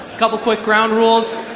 couple quick ground rules.